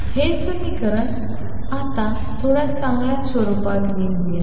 हे समीकरण आता थोड्या चांगल्या स्वरूपात लिहूया